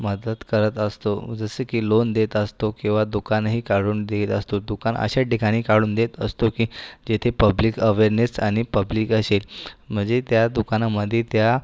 मदत करत असतो जसे की लोन देत असतो किंवा दुकानही काढून देत असतो दुकान अशा ठिकाणी काढून देत असतो की तेथे पब्लिक अवेरनेस आणि पब्लिक असेल म्हणजे त्या दुकानामध्ये त्या